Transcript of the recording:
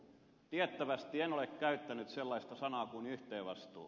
tiettävästi en ole käyttänyt sellaista sanaa kuin yhteisvastuu